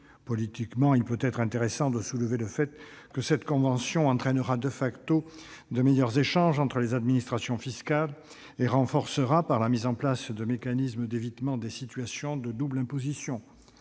Politiquement, il peut être intéressant de relever le fait que cette convention entraînera de meilleurs échanges entre les administrations fiscales et renforcera, par la mise en place de mécanismes d'évitement des situations de double imposition,